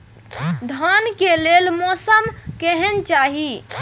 धान के लेल मौसम केहन चाहि?